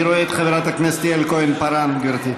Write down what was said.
אני רואה את חברת הכנסת יעל כהן-פארן, גברתי.